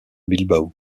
bilbao